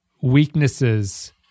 weaknesses